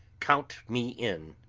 count me in,